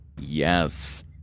Yes